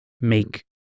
make